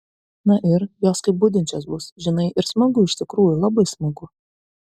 na ir jos kaip budinčios bus žinai ir smagu iš tikrųjų labai smagu